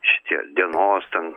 šitie dienos ten